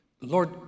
Lord